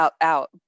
out